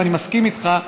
ואני מסכים איתך,